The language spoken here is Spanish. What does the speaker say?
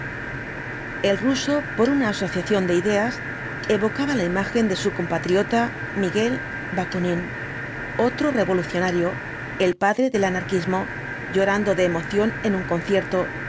el ruso por una asociación de ideas evocaba la imagen de su compatriota miguel bakounine otro revolucionario el padre del anarquismo llorando de emoción en un concierto